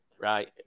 Right